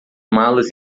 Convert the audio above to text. malas